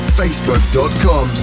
facebook.com